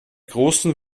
großen